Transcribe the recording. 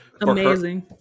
Amazing